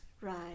Right